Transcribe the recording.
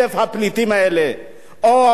דרך אגב, גם צריך לעשות את ההפרדה,